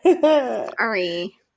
Sorry